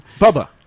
Bubba